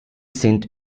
sind